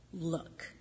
look